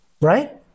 Right